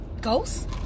ghosts